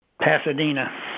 Pasadena